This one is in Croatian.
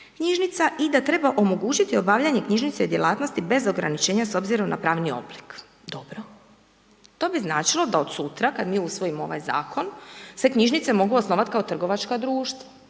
knjižnica i da treba omogućiti obavljanje knjižnica i djelatnosti bez ograničenja s obzirom na pravni oblik. Dobro. To bi značilo da od sutra, kad mi usvojimo ovaj zakon se knjižnice mogu osnovati kao trgovačka društva.